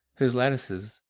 whose lattices,